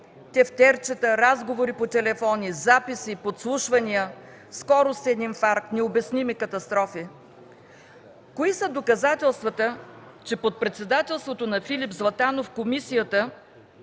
тефтерчета, разговори по телефони, записи, подслушвания, скоростен инфаркт, необясними катастрофи. Кои са доказателствата, че под председателството на Филип Златанов комисията